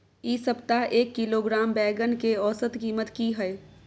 इ सप्ताह एक किलोग्राम बैंगन के औसत कीमत की हय?